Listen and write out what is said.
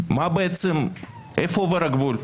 בעצם איפה עובר הגבול?